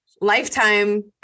lifetime